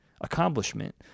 accomplishment